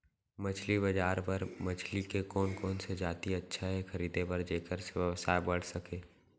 मछली बजार बर मछली के कोन कोन से जाति अच्छा हे खरीदे बर जेकर से व्यवसाय बढ़ सके?